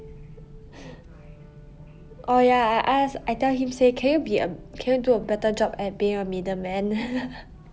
orh ya I ask I tell him say can you be a can you do a better job at being a middleman